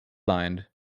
lined